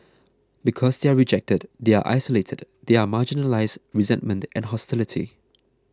because they are rejected they are isolated they are marginalised resentment and hostility